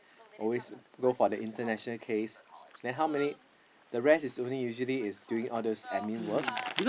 always go for the international case then how many the rest is only usually is doing all those admin work